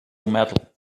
metal